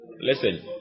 Listen